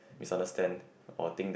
misunderstand or think that